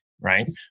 Right